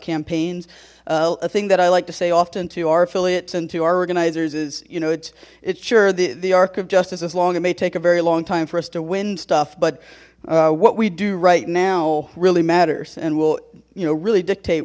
campaigns a thing that i like to say often to our affiliates and to our organizers is you know it's it's sure the the arc of justice is long it may take a very long time for us to win stuff but what we do right now really matters and we'll you know really dictate